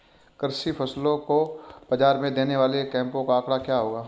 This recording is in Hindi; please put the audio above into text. कृषि फसलों को बाज़ार में देने वाले कैंपों का आंकड़ा क्या है?